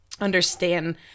understand